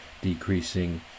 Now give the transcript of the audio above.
decreasing